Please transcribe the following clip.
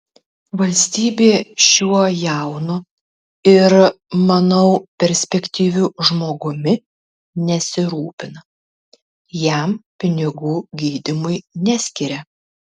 valstybė šiuo jaunu ir manau perspektyviu žmogumi nesirūpina jam pinigų gydymui neskiria